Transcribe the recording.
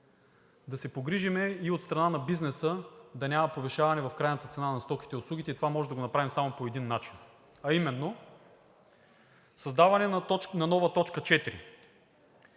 да се погрижим и от страна на бизнеса да няма повишаване в крайната цена на стоките и услугите. Това можем да го направим само по един начин, а именно създаване на нова т. 4,